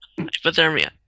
Hypothermia